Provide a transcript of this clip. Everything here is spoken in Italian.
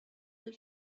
del